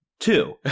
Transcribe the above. two